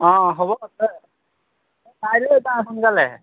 অ' হ'ব তই কাইলৈ যা সোনকালে